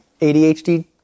ADHD